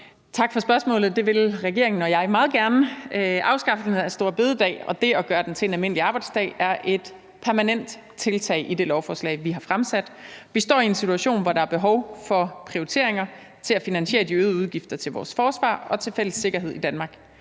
Tak for spørgsmålet. Det vil regeringen og jeg meget gerne. Afskaffelsen af store bededag og det at gøre den til en almindelig arbejdsdag er et permanent tiltag i det lovforslag, vi har fremsat. Vi står i en situation, hvor der er behov for prioriteringer til at finansiere de øgede udgifter til vores forsvar og til fælles sikkerhed i Danmark.